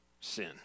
sin